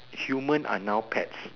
human are now pets